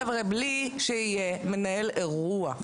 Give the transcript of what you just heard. בלי שיהיה מנהל אירוע,